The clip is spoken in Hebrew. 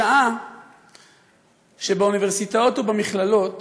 בשעה שבאוניברסיטת ובמכללות